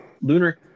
lunar